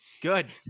Good